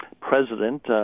president